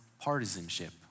partisanship